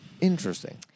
Interesting